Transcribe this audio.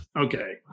okay